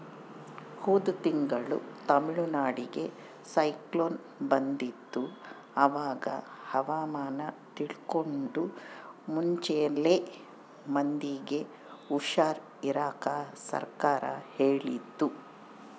ಹೋದ ತಿಂಗಳು ತಮಿಳುನಾಡಿಗೆ ಸೈಕ್ಲೋನ್ ಬಂದಿತ್ತು, ಅವಾಗ ಹವಾಮಾನ ತಿಳ್ಕಂಡು ಮುಂಚೆಲೆ ಮಂದಿಗೆ ಹುಷಾರ್ ಇರಾಕ ಸರ್ಕಾರ ಹೇಳಿತ್ತು